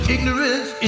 Ignorance